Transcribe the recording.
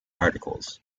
articles